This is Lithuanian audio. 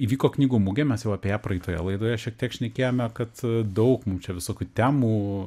įvyko knygų mugė mes jau apie ją praeitoje laidoje šiek tiek šnekėjome kad daug mum čia visokių temų